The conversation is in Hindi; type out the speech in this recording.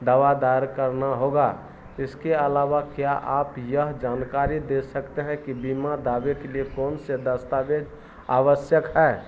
दावा दायर करना होगा इसके अलावा क्या आप यह जानकारी दे सकते हैं कि बीमा दावे के लिए कौन से दस्तावेज़ आवश्यक है